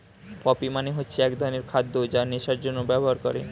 poppy মানে হচ্ছে এক ধরনের খাদ্য যা নেশার জন্যে ব্যবহার করে